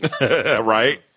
Right